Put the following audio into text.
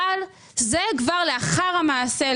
אבל זה כבר לאחר מעשה.